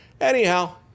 anyhow